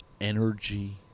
energy